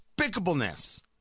despicableness